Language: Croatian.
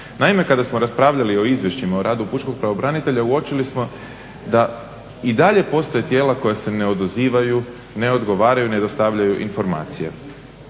Naime, kada smo raspravljali o izvješću o radu pučkog pravobranitelja uočili smo da i dalje postoje tijela koja se ne odazivaju, ne odgovaraju, ne dostavljaju informacije.